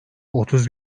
otuz